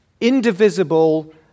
indivisible